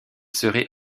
serait